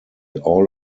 all